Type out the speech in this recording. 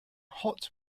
hot